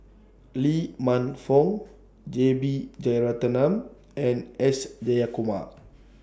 Lee Man Fong J B Jeyaretnam and S Jayakumar